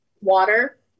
water